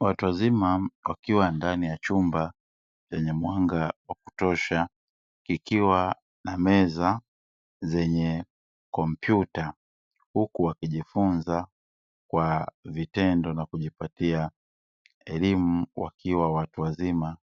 Watu wazima wakiwa ndani ya chumba chenye mwanga wa kutosha; kikiwa na meza zenye kompyuta huku wakijifunza kwa vitendo na kujipatia elimu wakiwa watu wazima,